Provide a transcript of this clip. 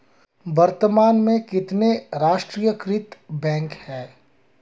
वर्तमान में कितने राष्ट्रीयकृत बैंक है?